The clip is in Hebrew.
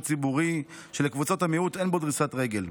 ציבורי שלקבוצות המיעוט אין בה דריסת רגל.